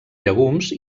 llegums